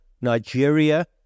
Nigeria